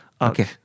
okay